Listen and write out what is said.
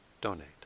donate